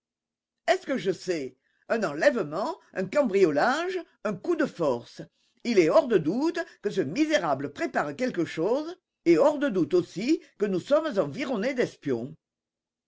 est-ce que je sais un enlèvement un cambriolage un coup de force il est hors de doute que ce misérable prépare quelque chose et hors de doute aussi que nous sommes environnés d'espions